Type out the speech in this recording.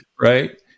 Right